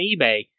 ebay